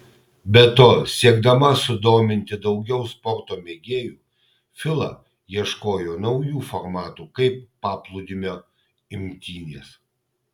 be to siekdama sudominti daugiau sporto mėgėjų fila ieškojo naujų formatų kaip paplūdimio imtynės